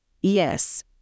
yes